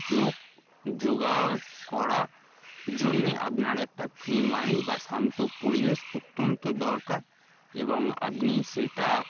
যোগ যোগা করার জন্যে আপনার একটা ফ্রি মাইন্ড বা শান্ত পরিবেশ অত্যন্ত দরকার এবং আপনি সেটা